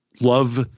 love